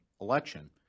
election